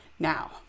Now